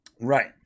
Right